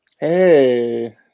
Hey